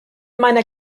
meiner